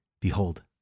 Behold